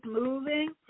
moving